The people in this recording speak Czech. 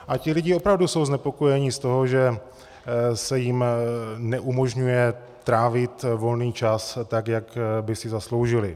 A ti lidé opravdu jsou znepokojeni z toho, že se jim neumožňuje trávit volný čas, tak jak by si zasloužili.